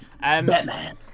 Batman